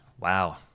wow